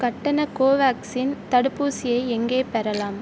கட்டண கோவேக்சின் தடுப்பூசியை எங்கே பெறலாம்